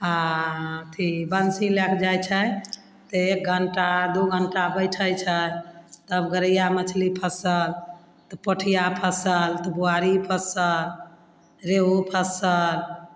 आओर अथी बंसी लए कऽ जाय छै तऽ एक घण्टा दू घण्टा बैठय छै तब गरैया मछली फँसल तऽ पोठिया फँसल तऽ बुआरी फँसल रेहू फँसल